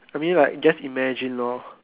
I mean like just imagine lor